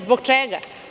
Zbog čega?